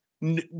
No